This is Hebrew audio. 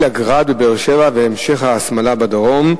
"גראד" בבאר-שבע והמשך ההסלמה בדרום,